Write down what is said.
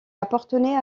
appartenait